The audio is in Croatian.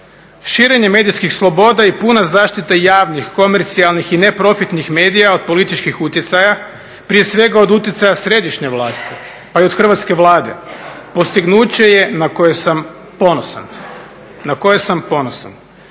Širenje medijskih sloboda i puna zaštita javnih, komercijalnih i neprofitnih medija od političkih utjecaja prije svega od utjecaja središnje vlasti, pa i od hrvatske Vlade postignuće je na koje sam ponosan.